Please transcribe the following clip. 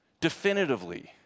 definitively